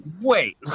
Wait